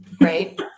right